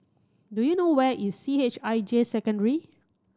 do you know where is C H I J Secondary